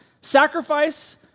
sacrifice